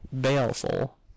baleful